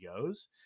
goes